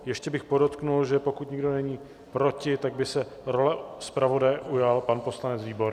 Ještě bych podotkl, že pokud nikdo není proti, tak by se role zpravodaje ujal pan poslanec Výborný.